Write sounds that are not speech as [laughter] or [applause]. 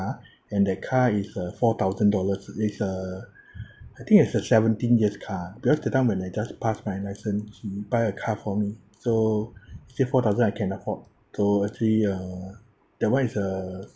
and that car is uh four thousand dollars it's uh [breath] I think it's a seventeen years car because that time when I just pass my license he buy a car for me so he say four thousand I can afford so actually uh that [one] is uh